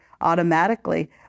automatically